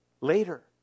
Later